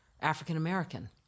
African-American